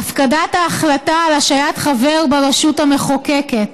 בהפקדת ההחלטה על השעיית חבר ברשות המחוקקת